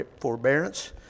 forbearance